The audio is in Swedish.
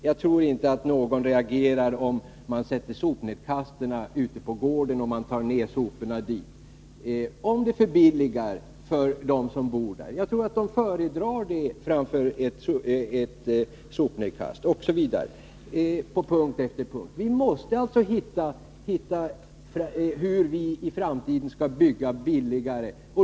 Jag tror inte att någon reagerar om man i stället för sopnedkast har soprum ute på gården dit de boende tar ned sina sopor, om det förbilligar för dem som bor i huset. Jag tror att de boende föredrar det framför ett sopnedkast. Samma sak gäller på punkt efter punkt. Vi måste hitta former för hur vi i framtiden skall kunna bygga billigare.